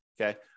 okay